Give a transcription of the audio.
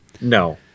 No